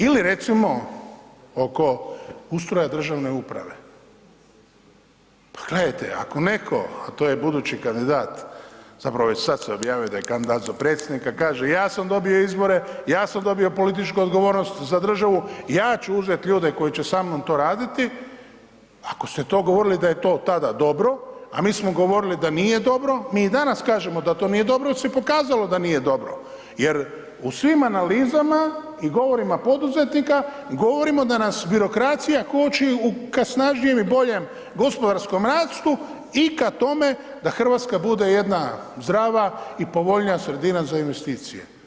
Ili recimo oko ustroja državne uprave, pa gledajte ako netko, a to je budući kandidat, zapravo već sad se objavio da je kandidat za predsjednika kaže ja sam dobio izbore, ja sam dobio političku odgovornost za državu, ja ću uzeti ljude koji će sa mnom to raditi, ako ste to govorili da je to tada dobro, a mi smo govorili da nije dobro, mi i danas kažemo da to nije dobro jer se pokazalo da nije dobro, jer u svim analizama i govorima poduzetnika govorimo da nas birokracija koči ka snažnijem i boljem gospodarskom rastu i ka tome da Hrvatska bude jedna zdrava i povoljnija sredina za investicije.